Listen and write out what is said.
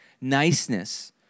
Niceness